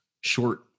short